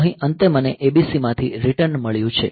અહીં અંતે મને ABCમાંથી રીટર્ન મળ્યું છે